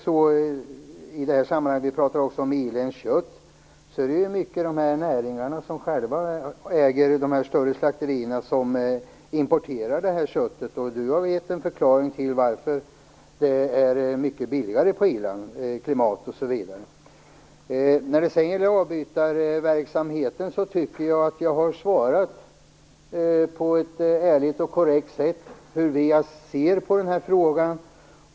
När det gäller irländskt kött är det i hög grad näringarna själva som äger de större slakterierna som importerar detta kött. Gudrun Lindvall har gett en förklaring till varför köttet är mycket billigare i Irland. När det gäller avbytarverksamheten tycker jag att jag på ett ärligt och korrekt sätt har angett på hur vi ser på frågan.